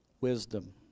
wisdom